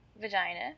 vagina